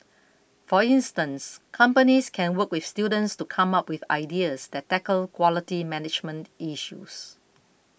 for instance companies can work with students to come up with ideas that tackle quality management issues